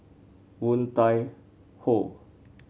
Woon Tai Ho